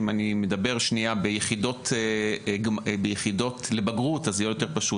אם אני אדבר ביחידות לבגרות זה יהיה יותר פשוט.